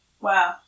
Wow